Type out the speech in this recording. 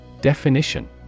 Definition